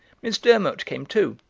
miss durmot came too.